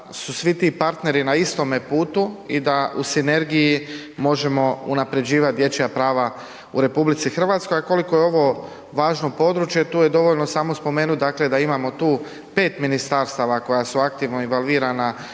su svi ti partneri na istome putu i da u sinergiji možemo unaprjeđivat dječja prava u RH, a koliko je ovo važno područje, tu je dovoljno samo spomenut, dakle, da imamo tu 5 ministarstava koja su aktivno involvirana